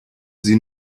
sie